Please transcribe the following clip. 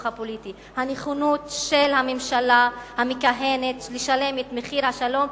הפוליטי: הנכונות של הממשלה המכהנת לשלם את מחיר השלום,